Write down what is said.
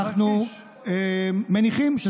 איך אתם עושים את זה?